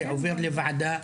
זה עובר לוועדה.